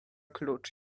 klucz